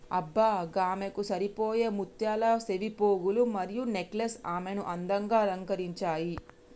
అబ్బ గామెకు సరిపోయే ముత్యాల సెవిపోగులు మరియు నెక్లెస్ ఆమెను అందంగా అలంకరించాయి